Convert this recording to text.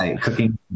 cooking